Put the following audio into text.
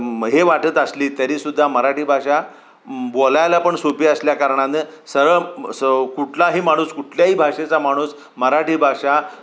हे वाटत असली तरीसुद्धा मराठी भाषा बोलायला पण सोपी असल्याकारणानं सरळ स कुठलाही माणूस कुठल्याही भाषेचा माणूस मराठी भाषा